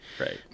Right